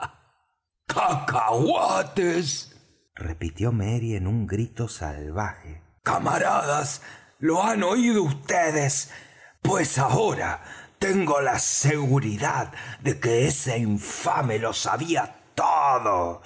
cacahuates repitió merry en un grito salvaje camaradas lo han oído vds pues ahora tengo la seguridad de que ese infame lo sabía todo